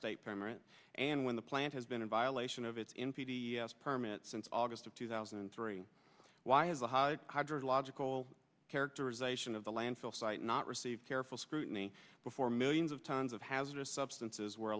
state government and when the plant has been in violation of its impede the permit since august of two thousand and three why is the logical characterization of the landfill site not receive careful scrutiny before millions of tons of hazardous substances were